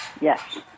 Yes